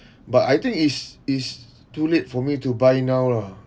but I think is is too late for me to buy now lah